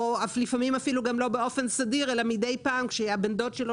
לפעמים אפילו גם לא באופן סדיר אלא מדי פעם כשהבן דוד שלו,